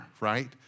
Right